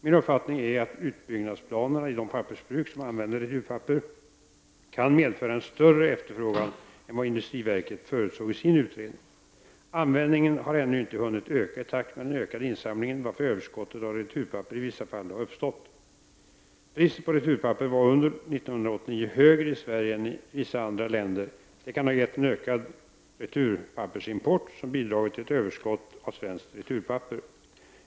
Min uppfattning är att utbyggnadsplanerna i de pappersbruk som använder returpapper kan medföra en större efterfrågan än vad industriverket förutsåg i sin utredning. Användningen har ännu inte hunnit öka i takt med den ökade insamlingen, varför överskott av returpapper i vissa fall har uppstått. Priset på returpapper var under år 1989 högre i Sverige än i vissa andra länder. Det kan ha gett en ökad returpappersimport, som bidragit till ett överskott av svenskt returpapper.